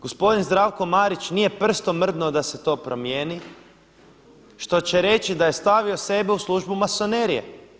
Gospodin Zdravko Marić nije prstom mrdnuo da se to promijeni, što će reći da je stavio sebe u službu masonerije.